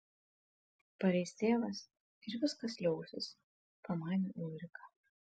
pareis tėvas ir viskas liausis pamanė ulrika